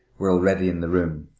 were already in the room.